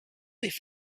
cliff